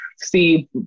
see